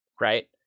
right